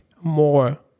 more